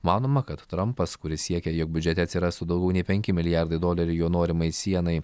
manoma kad trampas kuris siekia jog biudžete atsirastų daugiau nei penki milijardai dolerių jo norimai sienai